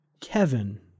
Kevin